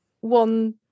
one